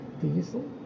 diesel